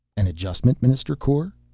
an adjustment, minister kor?